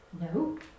No